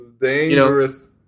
dangerous